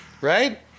Right